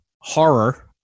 horror